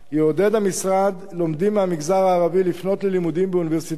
יעודד המשרד לומדים מהמגזר הערבי לפנות ללימודים באוניברסיטאות